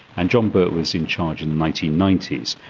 and john birt was in charge in the nineteen ninety s.